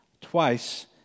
Twice